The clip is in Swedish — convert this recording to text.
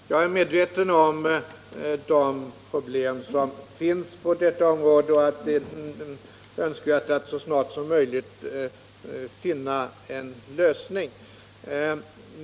Herr talman! Jag är medveten om de problem som finns på detta område och att det är önskvärt att så snart som möjligt finna en lösning.